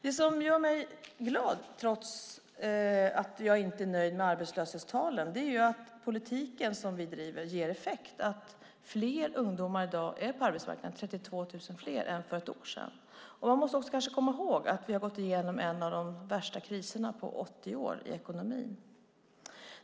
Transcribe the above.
Det som gör mig glad, trots att jag inte är nöjd med arbetslöshetstalen, är att politiken som vi driver ger effekt, att fler ungdomar i dag är på arbetsmarknaden - 32 000 fler än för ett år sedan. Vi ska också komma ihåg att vi har gått igenom en av de värsta kriserna på 80 år i ekonomin.